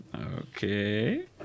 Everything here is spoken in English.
Okay